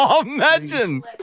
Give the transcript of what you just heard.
imagine